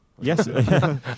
Yes